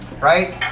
Right